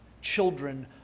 Children